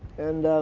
and